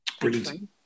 Brilliant